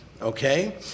Okay